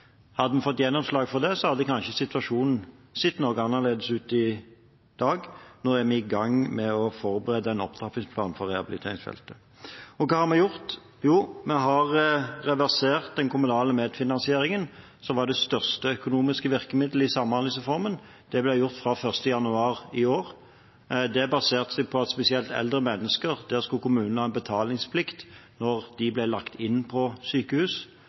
Hadde vi fått gjennomslag for det, hadde kanskje situasjonen sett noe annerledes ut i dag. Nå er vi i gang med å forberede en opptrappingsplan for rehabiliteringsfeltet. Hva har vi gjort? Jo, vi har reversert den kommunale medfinansieringen, som var det største økonomiske virkemiddelet i Samhandlingsreformen. Det ble gjort fra 1. januar i år. Det baserte seg på at når det gjaldt spesielt eldre mennesker, skulle kommunene ha en betalingsplikt når de ble lagt inn på sykehus.